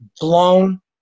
blown